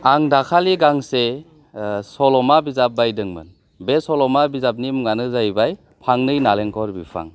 आं दाखालि गांसे सल'मा बिजाब बायदोंमोन बे सल'मा बिजाबनि मुङानो जाहैबाय फांनै नालेंखर बिफां